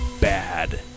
bad